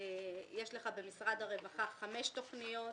יש לך במשרד הרווחה חמש תכניות.